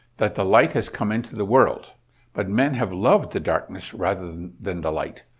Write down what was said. that the light has come into the world but men have loved the darkness rather than than the light,